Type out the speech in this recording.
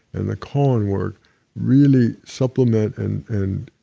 and the koan work really supplement and and